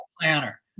planner